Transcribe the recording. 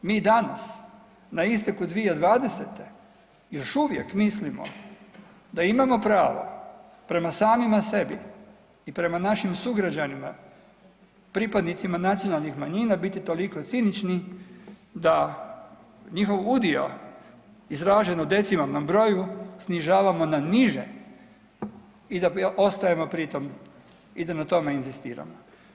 Mi i danas na isteku 2020. još uvijek mislimo da imamo pravo prema samima sebi i prema našim sugrađanima, pripadnicima nacionalnih manjina, biti toliko cinični da njihov udio izražen u decimalnom broju snižavamo na niže i da ostajemo pri tom i da na tome inzistiramo.